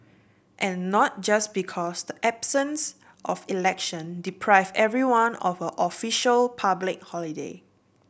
and not just because the absence of election deprived everyone of a official public holiday